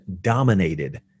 dominated